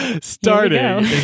starting